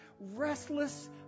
restless